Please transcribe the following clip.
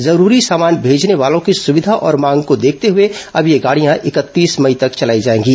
जरूरी सामान भेजने वालों की सुविधा और मांग को देखते हुए अब ये गाड़ियां इकतीस मई तक चलाई जाएंगी